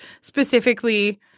specifically